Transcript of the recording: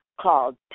called